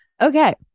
Okay